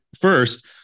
first